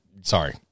Sorry